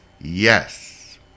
yes